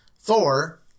Thor